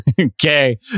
Okay